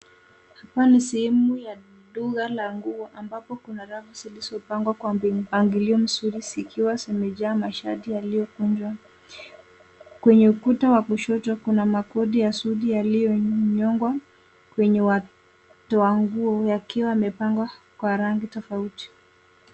Hapa ni sehemu ya duka languo ambapo kuna rafu zilizopangwa kwa mpangilio mzuri zikiwa zimejaa mashati yaliyokunjwa. Kwenye kuta wa kushoto kuna makoti ya suti yaliyonyongwa kwenye watoa nguo wakiwa wamepangwa kwa rangi tofauti.